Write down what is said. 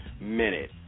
minute